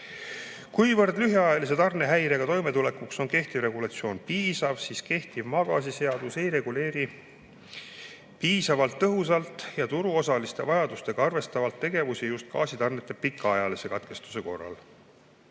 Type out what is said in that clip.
lühiajalise tarnehäirega toimetulekuks on kehtiv regulatsioon piisav, siis kehtiv maagaasiseadus ei reguleeri piisavalt tõhusalt ja turuosaliste vajadustega arvestavalt tegevusi just gaasitarnete pikaajalise katkestuse korral.